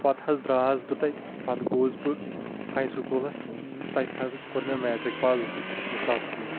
پتہٕ حظ درٛاس بہٕ تتہِ پتہٕ گوٚوُس بہٕ ہاے سکوٗلس تتہِ حظ کوٚر مےٚ میٹرِک پاس زٕ ساسس منٛز